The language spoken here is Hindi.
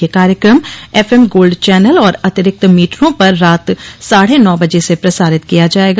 यह कार्यक्रम एफ एम गोल्ड चैनल और अतिरिक्त मीटरों पर रात साढ़े नौ बजे से प्रसारित किया जायेगा